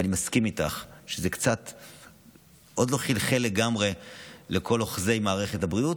אני מסכים איתך שזה עוד לא חלחל לגמרי לכל אוחזי מערכת הבריאות,